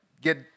get